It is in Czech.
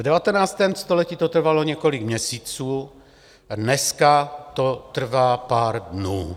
V 19. století to trvalo několik měsíců, dneska to trvá pár dnů.